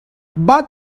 but